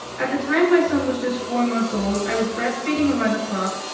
at the time my son was just four months old. i was breastfeeding around the clock.